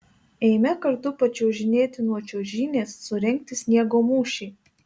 eime kartu pačiuožinėti nuo čiuožynės surengti sniego mūšį